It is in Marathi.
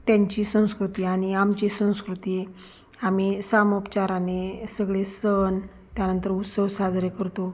त्यांची संस्कृती आणि आमची संस्कृती आम्ही सामोपचाराने सगळे सण त्यानंतर उस्सव साजरे करतो